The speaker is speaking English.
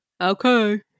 okay